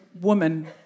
woman